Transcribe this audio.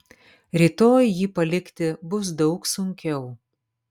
rytoj jį palikti bus daug sunkiau